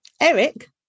Eric